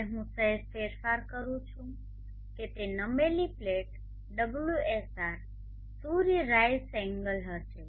હવે હું સહેજ ફેરફાર કરવા જઇ રહ્યો છું કે તે નમેલી પ્લેટ ωsr સૂર્ય રાઇઝ એન્ગલ હશે